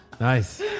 Nice